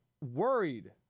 worried